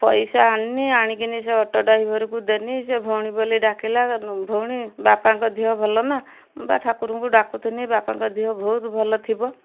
ପଇସା ଆଣିନି ଆଣିକିନି ସେ ଅଟୋ ଡ୍ରାଇଭରକୁ ଦେନି ସେ ଭଉଣୀ ବୋଲି ଡାକିଲା ଭଉଣୀ ବାପାଙ୍କ ଦିହ ଭଲ ନା ମୁଁ ବା ଠାକୁରଙ୍କୁ ଡାକୁଥିନି ବାପାଙ୍କ ଦେହ ଭଉତୁ ଭଲ ଥିବ